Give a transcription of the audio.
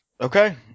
Okay